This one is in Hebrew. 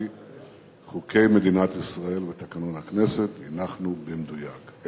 לפי חוקי מדינת ישראל ותקנון הכנסת, הנחנו במדויק.